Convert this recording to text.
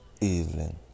evening